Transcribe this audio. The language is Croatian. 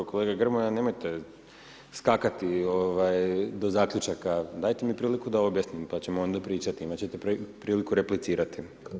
Kolega Grmoja nemojte skakati, ovaj, do zaključaka, dajte mi priliku da objasnim, pa ćemo onda pričati, imati ćete priliku replicirati.